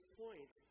point